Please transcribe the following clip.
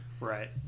Right